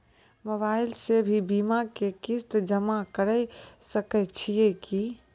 Mobile से भी बीमा के किस्त जमा करै सकैय छियै कि?